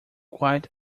quite